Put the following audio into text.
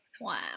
Wow